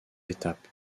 étapes